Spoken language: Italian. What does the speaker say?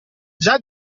già